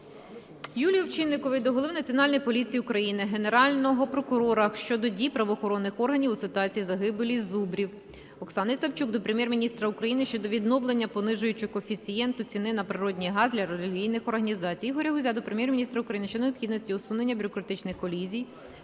Юлії Овчинникової до Голови Національної поліції України, Генерального прокурора щодо дій правоохоронних органів у ситуації загибелі зубрів. Оксани Савчук до Прем'єр-міністра України щодо відновлення понижуючого коефіцієнту ціни на природний газ для релігійних організацій. Ігоря Гузя до Прем'єр-міністра України щодо необхідності усунення бюрократичних колізій